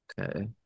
Okay